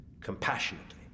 compassionately